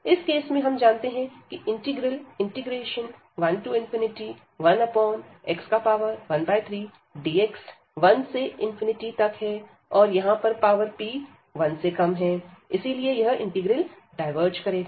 इस केस में हम जानते हैं कि इंटीग्रल 11x13dx 1 से तक है और यहां पर पावर p1 है इसीलिए यह इंटीग्रल डायवर्ज करेगा